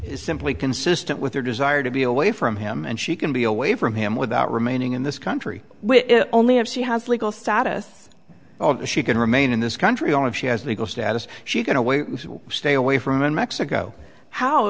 is simply consistent with her desire to be away from him and she can be away from him without remaining in this country only if she has legal status she can remain in this country all of she has legal status she going to stay away from in mexico how